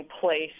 place